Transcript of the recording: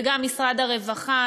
וגם משרד הרווחה.